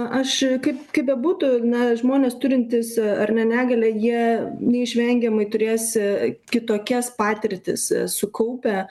aš kaip kaip bebūtų na žmonės turintys ar ne negalią jie neišvengiamai turės kitokias patirtis sukaupę